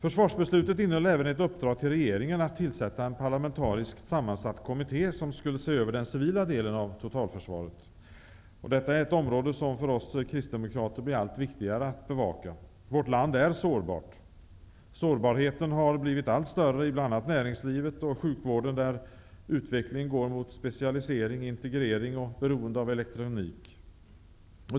Försvarsbeslutet innehöll även ett uppdrag till regeringen att tillsätta en parlamentariskt sammansatt kommitte som skulle se över den civila delen av totalförsvaret. Detta är ett område som för oss kristdemokrater blir allt viktigare att bevaka. Vårt land är sårbart. Sårbarheten har blivit allt större i bl.a. näringslivet och sjukvården, där utvecklingen går mot specialisering, integrering och beroende av elektronik.